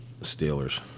Steelers